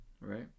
Right